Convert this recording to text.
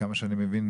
עד כמה שאני מבין